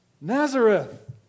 Nazareth